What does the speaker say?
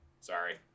Sorry